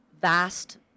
vast